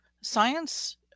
science